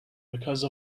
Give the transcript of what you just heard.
because